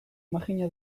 imajina